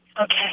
Okay